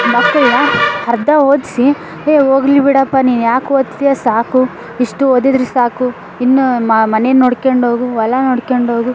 ಮಕ್ಕಳನ್ನ ಅರ್ಧ ಓದಿಸಿ ಹೇ ಹೋಗಲಿ ಬಿಡಪ್ಪ ನೀನು ಯಾಕೆ ಓದ್ತೀಯ ಸಾಕು ಇಷ್ಟು ಓದಿದ್ರೆ ಸಾಕು ಇನ್ನು ಮನೆ ನೋಡ್ಕಂಡೋಗು ಹೊಲ ನೋಡ್ಕಂಡೋಗು